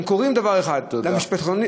אנחנו קוראים לדבר אחד: המשפחתונים,